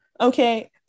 okay